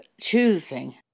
choosing